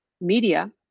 media